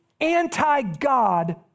anti-God